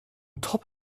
top